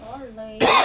boleh